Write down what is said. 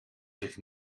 zich